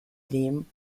dem